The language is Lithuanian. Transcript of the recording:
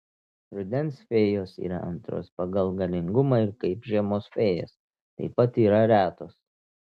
rudens fėjos yra antros pagal galingumą ir kaip žiemos fėjos taip pat yra retos